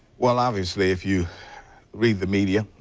well obviously if you read the media,